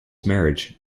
marriage